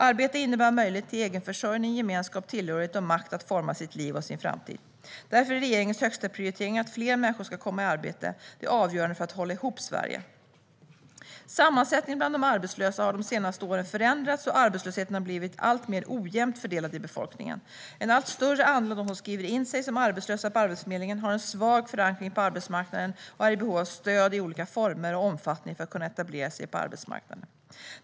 Arbete innebär möjligheter till egenförsörjning, gemenskap, tillhörighet och makt att forma sitt liv och sin framtid. Därför är regeringens högsta prioritering att fler människor ska komma i arbete. Det är avgörande för att hålla ihop Sverige. Sammansättningen bland de arbetslösa har de senaste åren förändrats, och arbetslösheten har blivit alltmer ojämnt fördelad i befolkningen. En allt större andel av dem som skriver in sig som arbetslösa på Arbetsförmedlingen har en svag förankring på arbetsmarknaden och är i behov av stöd i olika former och omfattning för att kunna etablera sig på arbetsmarknaden.